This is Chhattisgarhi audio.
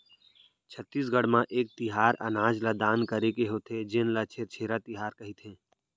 छत्तीसगढ़ म एक तिहार अनाज ल दान करे के होथे जेन ल छेरछेरा तिहार कहिथे